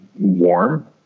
warm